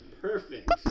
Perfect